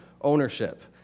ownership